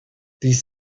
these